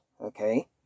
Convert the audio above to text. okay